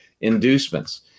inducements